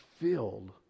filled